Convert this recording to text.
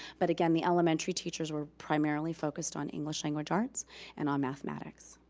but again the elementary teachers were primarily focused on english language arts and on mathematics